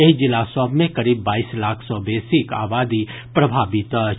एहि जिला सभ मे करीब बाईस लाख सॅ बेसीक आबादी प्रभावित अछि